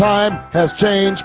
time has changed